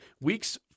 Weeks